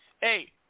Hey